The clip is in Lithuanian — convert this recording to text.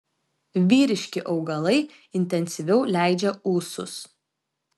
vyriški augalai intensyviau leidžia ūsus